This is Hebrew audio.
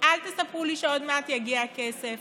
אל תספרו לי שעוד מעט יגיע הכסף.